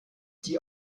die